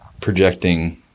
projecting